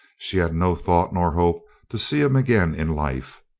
she had no thought nor hope to see him again in life,